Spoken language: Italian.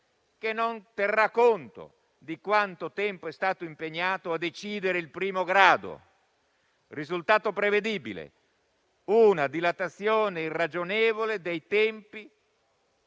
che non terrà conto di quanto tempo è stato impiegato per decidere in primo grado. Il risultato prevedibile è una dilatazione irragionevole dei tempi